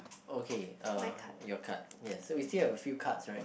okay uh your card yeah so we still have a few cards right